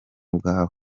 bwawe